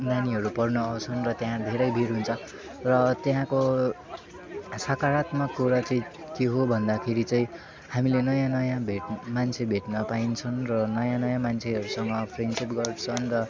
नानीहरू पढ्न आउँछन् र त्यहाँ धेरै भिड हुन्छ र त्यहाँको सकारात्मक कुरा चाहिँ के हो भन्दाखेरि चाहिँ हामीले नयाँ नयाँ भेट मान्छे भेट्न पाइन्छन् र नयाँ नयाँ मान्छेहरूसँग फ्रेन्डसिप गर्छन् र